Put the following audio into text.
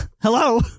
Hello